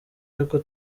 y’uko